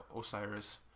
Osiris